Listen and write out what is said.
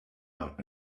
out